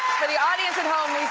for the audience at home,